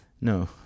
No